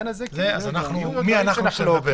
מי אנחנו שנדבר?